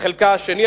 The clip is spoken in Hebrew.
בחלקה השני,